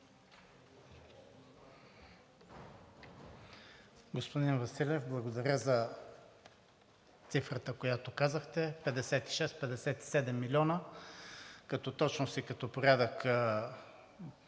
Господин Василев, благодаря за цифрата, която казахте – 56 – 57 милиона. Като точност и като порядък